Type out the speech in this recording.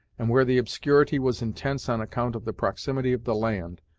and where the obscurity was intense on account of the proximity of the land,